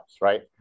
right